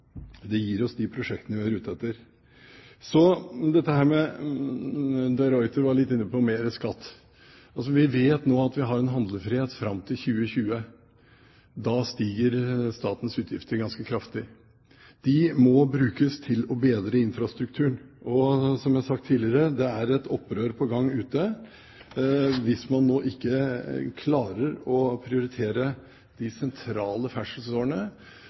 ute etter. Freddy de Ruiter var inne på dette med mer skatt. Vi vet nå at vi har en handlefrihet fram til 2020. Da stiger statens utgifter ganske kraftig. Infrastrukturen må bedres, og, som jeg har sagt tidligere, det er et opprør på gang ute. Hvis man nå ikke klarer å prioritere de sentrale ferdselsårene,